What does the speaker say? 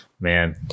Man